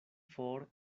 for